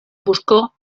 buscó